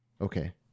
Okay